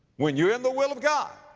when you're in the will of god.